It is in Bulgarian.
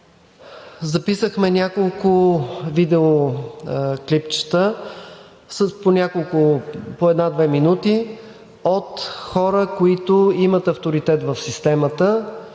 записахме няколко видеоклипчета по 1 – 2 минути от хора, които имат авторитет в системата,